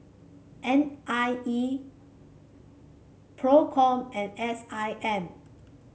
N I E Procom and S I M